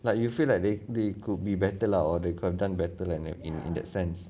like you feel like they they could be better lah or they could have done better lah and in in that sense